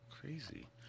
Crazy